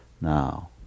Now